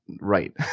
right